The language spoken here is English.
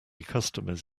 customers